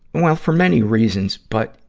well, for many reasons. but,